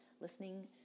listening